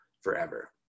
forever